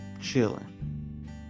chilling